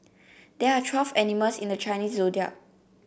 there are twelve animals in the Chinese Zodiac